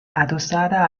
adosada